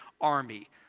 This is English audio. army